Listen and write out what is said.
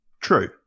True